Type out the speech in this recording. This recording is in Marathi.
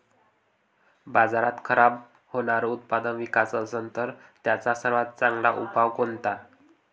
बाजारात खराब होनारं उत्पादन विकाच असन तर त्याचा सर्वात चांगला उपाव कोनता?